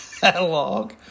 catalog